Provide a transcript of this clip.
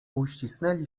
uścisnęli